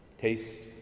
Taste